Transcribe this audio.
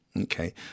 Okay